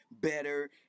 better